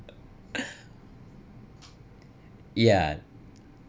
yeah